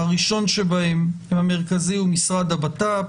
הראשון והמרכזי שבהם הוא משרד הבט"פ,